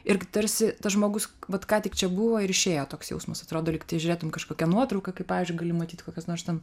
ir tarsi tas žmogus vat ką tik čia buvo ir išėjo toks jausmas atrodo lyg tai žiūrėtum kažkokią nuotrauką kaip pavyzdžiui gali matyt kokios nors ten